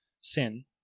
sin